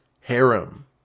harem